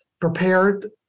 prepared